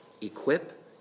equip